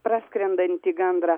praskrendantį gandrą